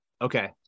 Okay